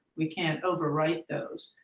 we can't overwrite those,